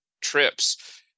trips